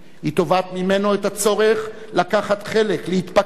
היא תובעת ממנו את הצורך לקחת חלק, להתפקד